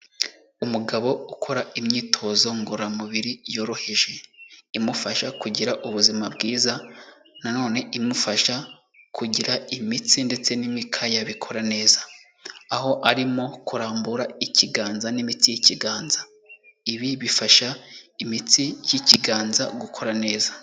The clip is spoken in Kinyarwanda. Umugabo ukora imyitozo ngororamubiri yoroheje imufasha kugira ubuzima bwiza, na none imufasha kugira imitsi ndetse n'imikaya bikora neza, aho arimo kurambura ikiganza n'imitsi y'ikiganza, ibi bifasha imitsi y'iki kiganza gukora neza.